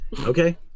Okay